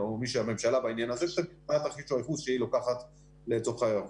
ושהממשלה תגיד מה תרחיש הייחוס שהיא לוקחת לצורכי היערכות.